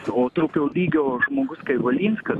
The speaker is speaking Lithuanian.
o tokio lygio žmogus kaip valinskas